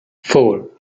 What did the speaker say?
four